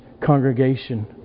congregation